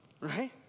Right